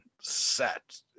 set